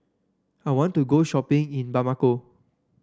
I want to go shopping in Bamako